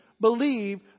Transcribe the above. believe